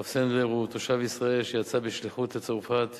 הרב סנדלר הוא תושב ישראל שיצא בשליחות לצרפת,